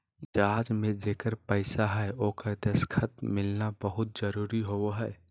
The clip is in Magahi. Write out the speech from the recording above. जाँच में जेकर पैसा हइ ओकर दस्खत मिलना बहुत जरूरी होबो हइ